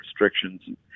restrictions